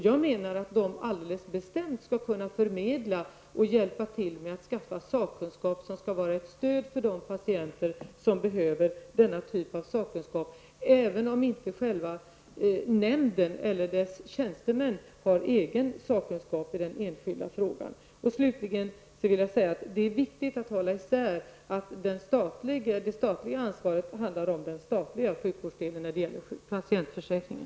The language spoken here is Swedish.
Jag menar alldeles bestämt att förtroendenämnderna skall kunna förmedla och hjälpa till med att skaffa den sakkunskap som skall vara ett stöd för de patienter som behöver den, även om inte själva nämnden eller dess tjänstemän har egen sakkunskap i den enskilda frågan. Slutligen vill jag säga att det är viktigt att hålla isär begreppen. Det statliga ansvaret handlar om den statliga delen av sjukvården inom patientförsäkringen.